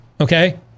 Okay